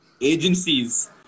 agencies